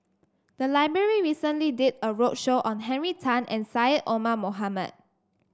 the library recently did a roadshow on Henry Tan and Syed Omar Mohamed